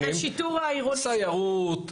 סיירות,